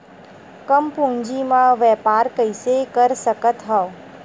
कम पूंजी म व्यापार कइसे कर सकत हव?